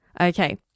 Okay